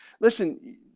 Listen